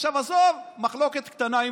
עכשיו עזוב, זו מחלוקת קטנה.